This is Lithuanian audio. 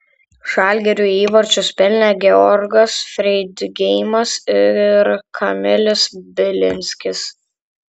žalgiriui įvarčius pelnė georgas freidgeimas ir kamilis bilinskis